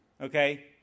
okay